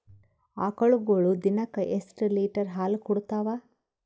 ಆಕಳುಗೊಳು ದಿನಕ್ಕ ಎಷ್ಟ ಲೀಟರ್ ಹಾಲ ಕುಡತಾವ?